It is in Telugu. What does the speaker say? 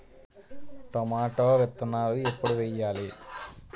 టొమాటో విత్తనాలు ఎప్పుడు వెయ్యాలి?